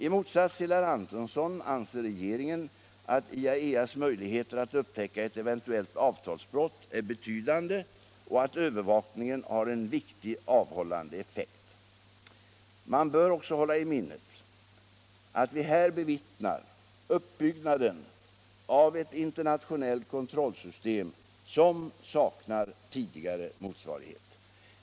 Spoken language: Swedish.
I motsats till herr Antonsson anser regeringen att IAEA:s möjligheter att upptäcka ett eventuellt avtalsbrott är betydande och att övervakningen har en viktig avhållande effekt. Man bör också hålla i minnet att vi här bevittnar uppbyggnaden av ett internationellt kontrollsystem som saknar tidigare motsvarighet.